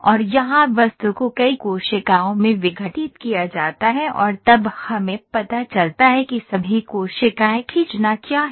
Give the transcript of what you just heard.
और यहाँ वस्तु को कई कोशिकाओं में विघटित किया जाता है और तब हमें पता चलता है कि सभी कोशिकाएँ खींचना क्या हैं